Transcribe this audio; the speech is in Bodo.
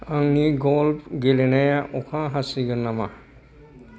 आंंनि गल्प गेलेनाया अखा हासिगोन नामा